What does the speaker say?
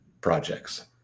projects